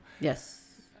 Yes